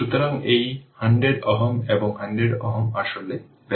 সুতরাং এই 100 Ω এবং 100 Ω আসলে প্যারালেল